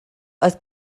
oedd